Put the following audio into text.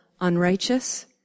unrighteous